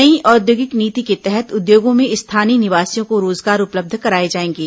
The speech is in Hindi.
नई औद्योगिक नीति के तहत उद्योगों में स्थानीय निवासियों को रोजगार उपलब्ध कराए जाएंगे